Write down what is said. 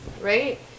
right